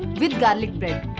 with garlic bread.